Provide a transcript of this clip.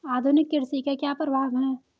आधुनिक कृषि के क्या प्रभाव हैं?